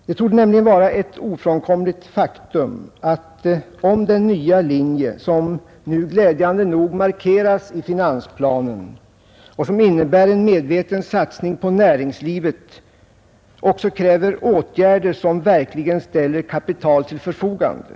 Det torde nämligen vara ett ofrånkomligt faktum att den nya linje, som glädjande nog markeras i finansplanen och som innebär en medveten satsning på näringslivet, också kräver åtgärder, som verkligen ställer kapital till förfogande.